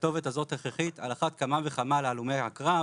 והכתובת הזאת הכרחית, על אחת כמה וכמה להלומי הקרב